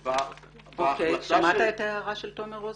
ל --- שמעת את ההערה של תומר רוזנר?